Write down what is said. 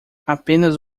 apenas